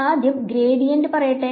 ആദ്യം ഗ്രേഡിയന്റ് പറയട്ടെ